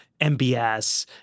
MBS